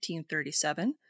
1837